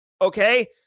okay